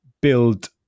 build